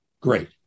Great